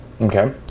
Okay